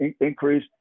increase